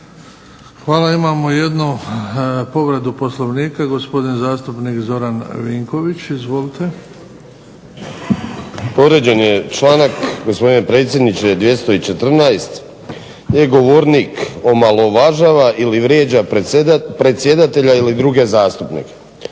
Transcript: Hvala. Imamo jednu povredu Poslovnika gospodin zastupnik Zoran Vinković. Izvolite. **Vinković, Zoran (HDSSB)** Povrijeđen je članak gospodine predsjedniče 214. Gdje govornik omalovažava ili vrijeđa predsjedatelja ili druge zastupnike.